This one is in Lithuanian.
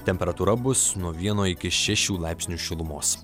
temperatūra bus nuo vieno iki šešių laipsnių šilumos